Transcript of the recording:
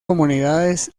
comunidades